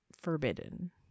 forbidden